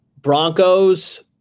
Broncos